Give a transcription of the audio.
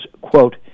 quote